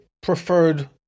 preferred